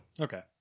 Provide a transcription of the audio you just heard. Okay